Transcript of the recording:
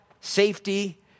safety